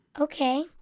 Okay